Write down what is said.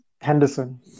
Henderson